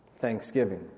thanksgiving